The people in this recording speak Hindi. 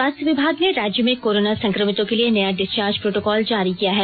स्वास्थय विभाग ने राज्य में कोरोना संक्रमितों के लिए नया डिस्वार्ज प्रोटोकॉल जारी किया है